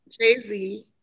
Jay-Z